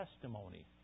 testimony